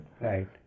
Right